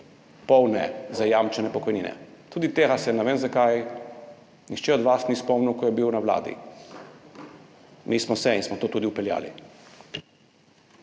polne zajamčene pokojnine. Ne vem, zakaj se tega nihče od vas ni spomnil, ko je bil na Vladi. Mi smo se in smo to tudi vpeljali.